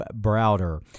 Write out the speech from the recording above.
Browder